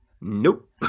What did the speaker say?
Nope